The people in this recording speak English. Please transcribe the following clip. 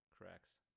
cracks